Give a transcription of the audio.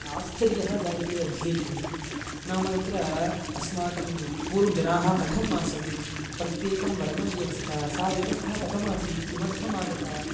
आश्चर्यः जायते अध्येतुः नाम तत्र अस्माकं पूर्वजनाः कथम् आसन् प्रत्येकं वर्णव्यवस्था सा व्यवस्था कथमासीत् किमर्थमागता